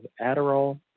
Adderall